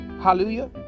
Hallelujah